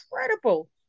incredible